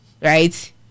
right